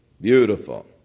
Beautiful